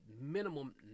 minimum